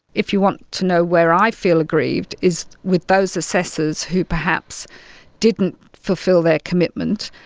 if you want to know where i feel aggrieved is with those assessors who perhaps didn't fulfil their commitment.